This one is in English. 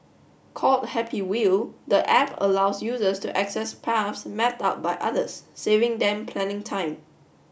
called Happy Wheel the app allows users to access path mapped out by others saving them planning time